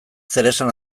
zeresan